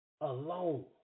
alone